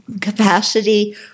capacity